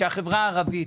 החברה הערבית,